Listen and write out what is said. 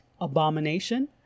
abomination